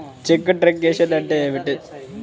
చెక్కు truncation అంటే ఏమిటి?